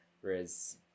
Whereas